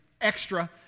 extra